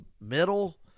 middle